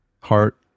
heart